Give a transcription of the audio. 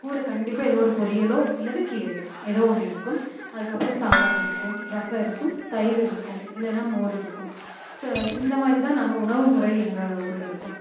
கூட கண்டிப்பாக ஏதோ ஒரு பொறியாலோ இல்லது கீரையோ ஏதோ ஒன்று இருக்கும் அதுக்கு அப்புறம் சாம்பார் இருக்கும் ரசம் இருக்கும் தயிர் இருக்கும் இல்லைன்னா மோர் இருக்கும் ஸோ இந்த மாதிரி தான் நாங்கள் உணவு முறை எங்கள் ஊரில் இருக்கும்